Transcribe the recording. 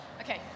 Okay